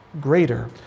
greater